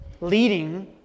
leading